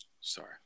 sorry